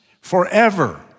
forever